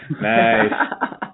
Nice